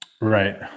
Right